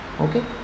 okay